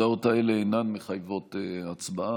ההודעות הללו אינן מחייבות הצבעה.